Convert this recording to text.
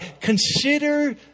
Consider